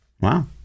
Wow